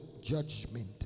judgment